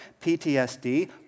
PTSD